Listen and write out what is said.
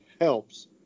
helps